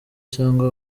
cyangwa